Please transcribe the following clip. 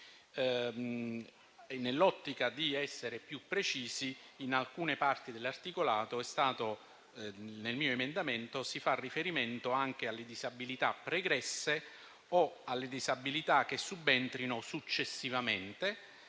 nell'ottica di essere più precisi in alcune parti dell'articolato, nel mio emendamento si fa riferimento anche alle disabilità pregresse o che subentrino successivamente